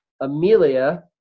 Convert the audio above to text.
amelia